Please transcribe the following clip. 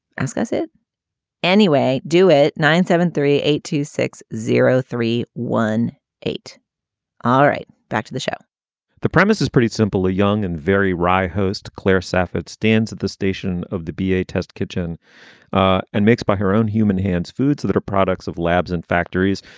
ask us it anyway. do it. nine seven three eight two six zero three one eight point all right. back to the show the premise is pretty simple. a young and very wry host, claire sanford stands at the station of the b a test kitchen ah and makes by her own human hands foods that are products of labs and factories,